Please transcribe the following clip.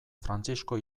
frantzisko